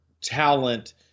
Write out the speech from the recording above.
talent